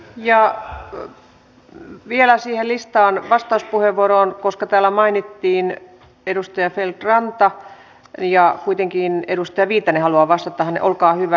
ja vielä siihen vastauspuheenvuorolistaan koska täällä mainittiin edustaja feldt ranta ja kuitenkin edustaja viitanen haluaa vastata olkaa hyvä